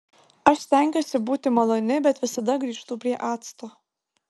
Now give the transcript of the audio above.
aš stengiuosi būti maloni bet visada grįžtu prie acto